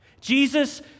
Jesus